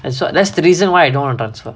and so that's the reason why I don't want to transfer